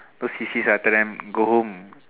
don't sissy lah tell them go home